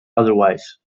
otherwise